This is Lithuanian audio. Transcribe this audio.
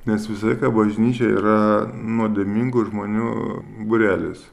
nes visą laiką bažnyčia yra nuodėmingų žmonių būrelis